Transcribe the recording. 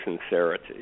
sincerity